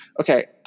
okay